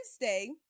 Wednesday